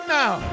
now